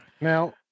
Now